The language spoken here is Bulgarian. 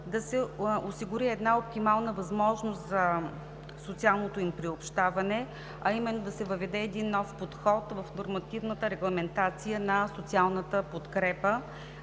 да се осигури една оптимална възможност за социалното им приобщаване, а именно да се въведе един нов подход в нормативната регламентация на социалната подкрепа,